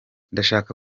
ndashaka